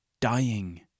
dying